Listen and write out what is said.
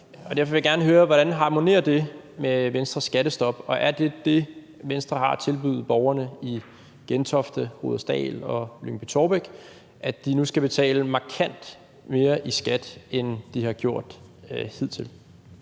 derfor vil jeg godt høre, hvordan det harmonerer med Venstres skattestop, og er det det, Venstre har at tilbyde borgerne i Gentofte, Rudersdal, Lyngby-Taarbæk, at de nu skal betale markant mere i skat, end de har gjort hidtil?